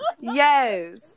Yes